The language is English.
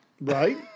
Right